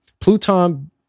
Pluton